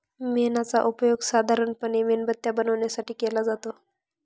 मेणाचा उपयोग साधारणपणे मेणबत्त्या बनवण्यासाठी केला जातो